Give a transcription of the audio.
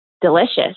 delicious